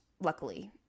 luckily